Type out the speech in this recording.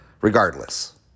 regardless